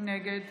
נגד